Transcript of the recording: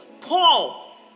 Paul